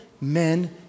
men